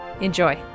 Enjoy